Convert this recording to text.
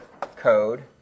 code